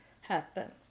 happen